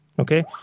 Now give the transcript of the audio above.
Okay